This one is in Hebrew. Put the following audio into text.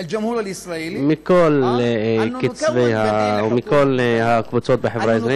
מכול הקבוצות בחברה הישראלית,